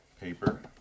Paper